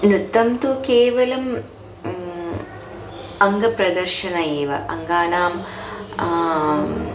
नृत्तं तु केवलम् अङ्गप्रदर्शनं एव अङ्गानां